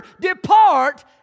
depart